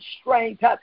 strength